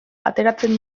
ateratzen